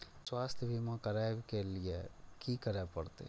स्वास्थ्य बीमा करबाब के लीये की करै परतै?